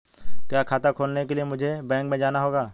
क्या खाता खोलने के लिए मुझे बैंक में जाना होगा?